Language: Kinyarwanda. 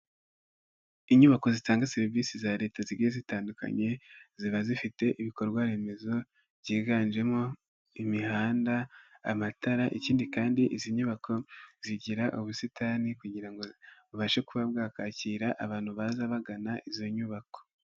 Inyubako zitanga serivisi za leta zigiye zitandukanye, ziba zifite ibikorwaremezo byiganjemo imihanda, amatara ,ikindi kandi izi nyubako zigira ubusitani kugirango ngo bubashe kuba bwakakira abantu baza bagana izo nyubako.